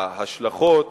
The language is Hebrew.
ההשלכות